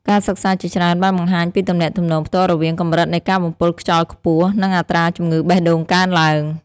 ការសិក្សាជាច្រើនបានបង្ហាញពីទំនាក់ទំនងផ្ទាល់រវាងកម្រិតនៃការបំពុលខ្យល់ខ្ពស់ និងអត្រាជំងឺបេះដូងកើនឡើង។